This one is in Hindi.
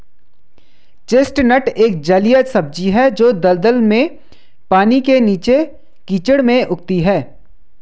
चेस्टनट एक जलीय सब्जी है जो दलदल में, पानी के नीचे, कीचड़ में उगती है